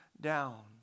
down